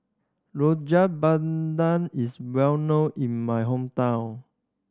Rojak Bandung is well known in my hometown